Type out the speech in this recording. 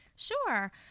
Sure